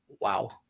wow